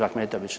Ahmetović?